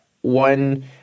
one